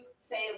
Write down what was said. say